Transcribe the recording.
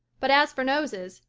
but as for noses,